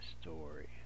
story